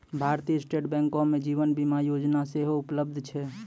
भारतीय स्टेट बैंको मे जीवन बीमा योजना सेहो उपलब्ध छै